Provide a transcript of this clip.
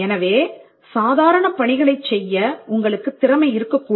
எனவே சாதாரண பணிகளைச் செய்ய உங்களுக்குத் திறமை இருக்கக்கூடும்